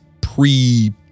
pre